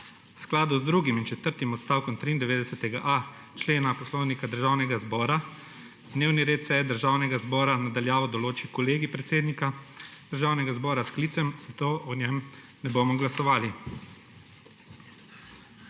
skladu z drugim in četrtim odstavkom 93.a člena Poslovnika Državnega zbora dnevni red seje Državnega zbora na daljavo določi Kolegij predsednika Državnega zbora s sklicem, zato o njem ne bomo glasovali.